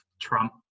Trump